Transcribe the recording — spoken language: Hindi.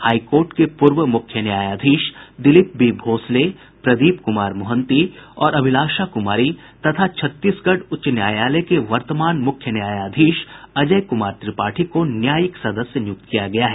हाई कोर्ट के पूर्व मुख्य न्यायाधीश दिलीप बी भोसले प्रदीप कुमार मोहंती और अभिलाषा कुमारी तथा छत्तीसगढ़ उच्च न्यायालय के वर्तमान मुख्य न्यायाधीश अजय कुमार त्रिपाठी को न्यायिक सदस्य नियुक्त किया गया है